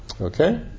Okay